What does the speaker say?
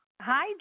Hi